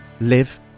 live